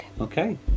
okay